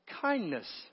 Kindness